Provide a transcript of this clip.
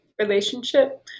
relationship